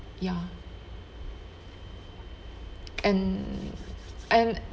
ya and and